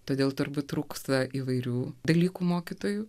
todėl turbūt trūksta įvairių dalykų mokytojų